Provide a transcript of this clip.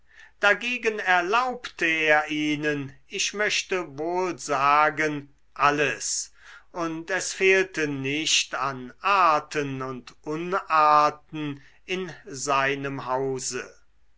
dagegen erlaubte er ihnen ich möchte wohl sagen alles und es fehlte nicht an arten und unarten in seinem hause